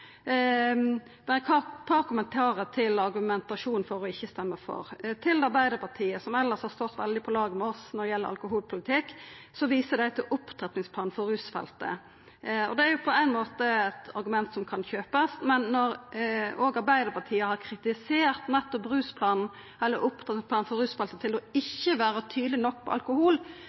Men eg registrerer at vi får forbausande liten støtte til forslaget. Eg har eit par kommentarar til argumentasjonen for ikkje å stemma for. Til Arbeidarpartiet, som elles har stått veldig på lag med oss når det gjeld alkoholpolitikk: Dei viser til opptrappingsplanen for rusfeltet. Det er på ein måte eit argument som kan kjøpast, men når Arbeidarpartiet har kritisert nettopp opptrappingsplanen for rusfeltet for ikkje å vera tydeleg nok på alkohol,